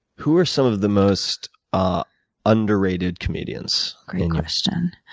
who are some of the most ah underrated comedians? great question.